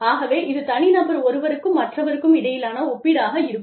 ஆகவே இது தனிநபர் ஒருவருக்கும் மற்றவருக்கும் இடையிலான ஒப்பீடாக இருக்கும்